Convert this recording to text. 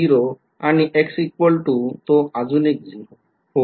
विध्यार्थी x 0 आणि x equal तो अजून एक 0